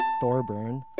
Thorburn